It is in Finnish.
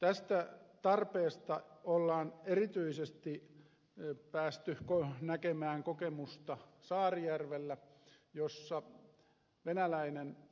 tästä tarpeesta on erityisesti päästy näkemään kokemuksia saarijärvellä missä